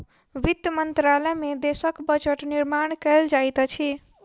वित्त मंत्रालय में देशक बजट निर्माण कयल जाइत अछि